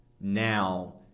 now